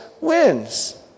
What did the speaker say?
wins